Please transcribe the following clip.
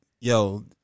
yo